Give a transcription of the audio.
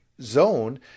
zone